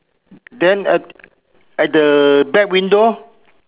then at the back window